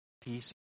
peace